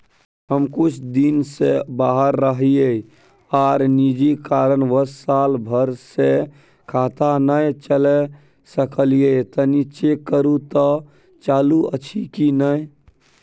हम कुछ दिन से बाहर रहिये आर निजी कारणवश साल भर से खाता नय चले सकलियै तनि चेक करू त चालू अछि कि नय?